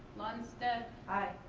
lunstedt. aye.